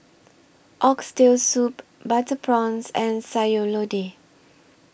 Oxtail Soup Butter Prawns and Sayur Lodeh